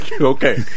Okay